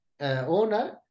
owner